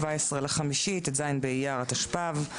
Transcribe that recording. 17 במאי 2022, ט"ז באייר התשפ"ב.